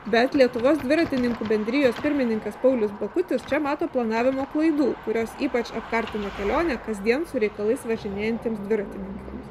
bet lietuvos dviratininkų bendrijos pirmininkas paulius bakutis čia mato planavimo klaidų kurios ypač apkartina kelionę kasdien su reikalais važinėjantiems dviratininkams